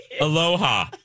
Aloha